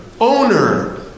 owner